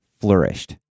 flourished